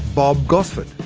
bob gosford,